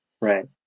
Right